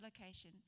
location